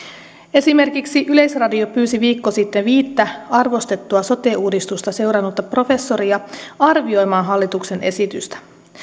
esimerkiksi yleisradio pyysi viikko sitten viittä arvostettua sote uudistusta seurannutta professoria arvioimaan hallituksen esitystä